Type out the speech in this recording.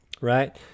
right